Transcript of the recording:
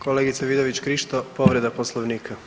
Kolegice Vidović Krišto, povreda Poslovnika.